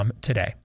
today